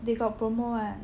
they got promo [what]